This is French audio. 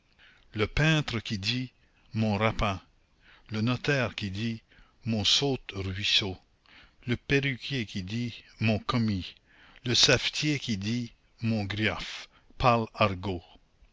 le peintre qui dit mon rapin le notaire qui dit mon saute-ruisseau le perruquier qui dit mon commis le savetier qui dit mon gniaf parlent argot